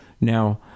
Now